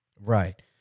Right